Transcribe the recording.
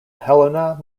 helena